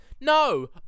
No